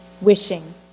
wishing